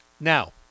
Now